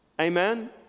Amen